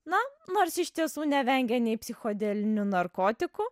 na nors iš tiesų nevengė nei psichodelinių narkotikų